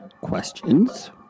questions